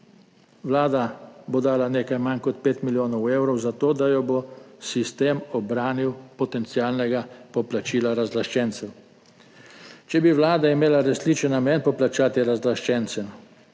Vlada bo dala nekaj manj kot 5 milijonov evrov za to, da jo bo sistem ubranil potencialnega poplačila razlaščencev. Če bi vlada imela resničen namen poplačati razlaščencem,